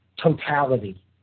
totality